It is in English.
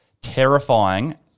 terrifying